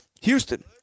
Houston